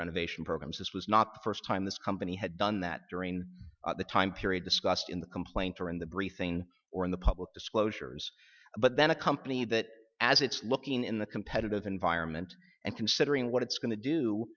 renovation programs this was not the first time this company had done that during the time period discussed in the complaint or in the briefing or in the public disclosures but then a company that as it's looking in the competitive environment and considering what it's going to do